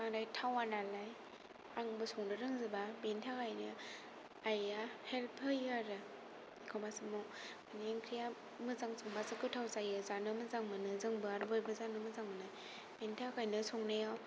बांद्राय थावा नालाय आंबो संनो रोंजोबा बेनि थाखायनो आइया हेल्प होयो आरो एखनबा समाव बिनि ओंख्रिया सोजां संबासो गोथाव जायो जानो मोजां मोनो जोंबो आरो बयबो जानो मोजां मोनो बिनि थाखायनो संनायाव